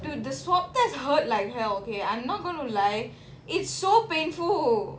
dude the swab test hurt like hell okay I'm not gonna lie it's so painful